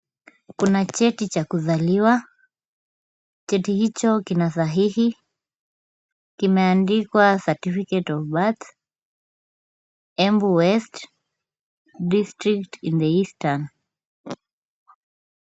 Kuna cheti cha kuzaliwa, cheti hicho kina sahihi kimeandikwa certificate of birth Embu west, district in the eastern .